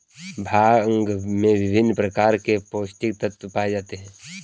भांग में विभिन्न प्रकार के पौस्टिक तत्त्व पाए जाते हैं